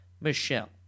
Michelle